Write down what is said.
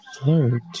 flirt